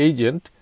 Agent